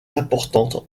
importantes